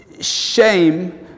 shame